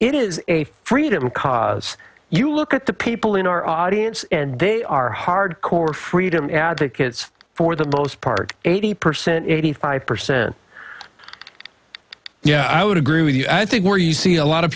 it is a freedom cause you look at the people in our audience and they are hard core freedom advocates for the most part eighty percent eighty five percent yeah i would agree with you i think where you see a lot